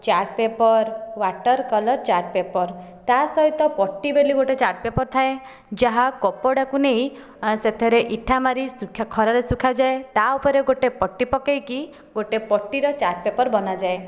chart paper water colour chart paper ତା'ସହିତ ପଟି ବୋଲି ଗୋଟିଏ ଚାର୍ଟ ପେପର ଥାଏ ଯାହା କପଡ଼ାକୁ ନେଇ ସେଥିରେ ଇଠା ମାରି ଖରାରେ ଶୁଖାଯାଏ ତା ଉପରେ ଗୋଟିଏ ପଟି ପକେଇକି ଗୋଟିଏ ପଟିର ଚାର୍ଟ ପେପର ବନାଯାଏ